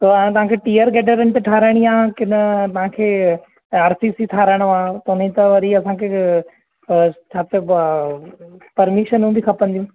पोइ हाणे तव्हां खे टीअर गेटरनि ते ठहिराईंणी आहे की न तव्हां खे आर सी सी ठहिरायणो आहे उन्हीअ जी त वरी असांखे छा चइबो आहे परमिशन हुन जी खपंदी